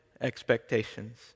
expectations